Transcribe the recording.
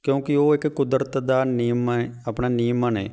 ਕਿਉਂਕਿ ਉਹ ਇੱਕ ਕੁਦਰਤ ਦਾ ਨਿਯਮ ਹੈ ਆਪਣਾ ਨਿਯਮਾਂ ਨੇ